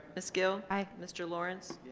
miss gill hi mr. lawrence,